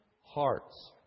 hearts